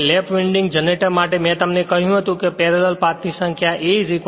હવે lap winding generator માટે મેં તમને કહ્યું હતું કે પેરેલલ પાથ ની સંખ્યા A P હશે